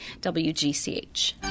WGCH